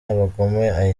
abagome